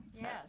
Yes